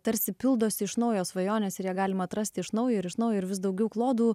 tarsi pildosi iš naujo svajonės ir ją galima atrasti iš naujo ir iš naujo ir vis daugiau klodų